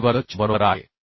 3b वर्ग च्या बरोबर आहे